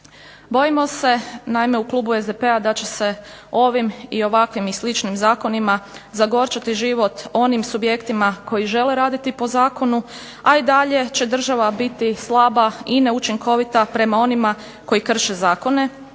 Bojimo se u Klubu SDP-a da će se ovim i ovakvim zakonima zagorčati život onim subjektima koji žele raditi po zakonu a i dalje će država biti slaba i neučinkovita prema onima koji krše zakone,